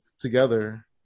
together